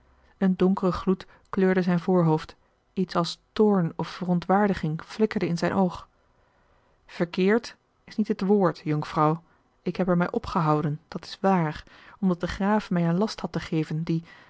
een donkere gloed kleurde zijn voorhoofd iets als toorn of verontwaardiging flikkerde in zijn oog verkeerd is niet het woord jonkvrouw ik heb er mij opgehouden dat is waar omdat de graaf mij een last had te geven die